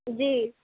جی